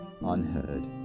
unheard